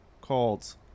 called